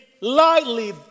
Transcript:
lightly